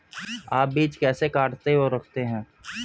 आप बीज कैसे काटते और रखते हैं?